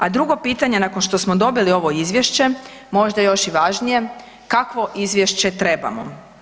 A drugo pitanje nakon što smo dobili ovo izvješće možda još i važnije, kakvo izvješće trebamo?